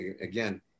again